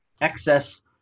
excess